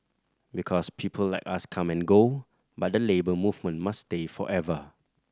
because people like us come and go but the Labour Movement must stay forever